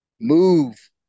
move